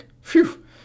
phew